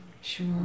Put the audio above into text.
sure